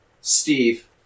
Steve